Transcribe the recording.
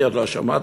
אני עוד לא שמעתי.